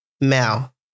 Mel